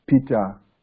Peter